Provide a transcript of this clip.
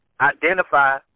identify